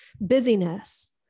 busyness